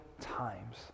times